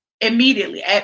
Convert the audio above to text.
immediately